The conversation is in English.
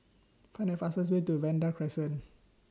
Find The fastest Way to Vanda Crescent